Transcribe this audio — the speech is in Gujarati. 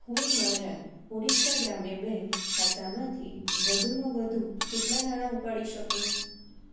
હું મારાં ઓડીશા ગ્રામ્ય બેંક ખાતામાંથી વધુમાં વધુ કેટલા નાણા ઉપાડી શકું